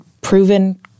proven